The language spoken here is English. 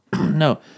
No